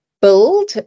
build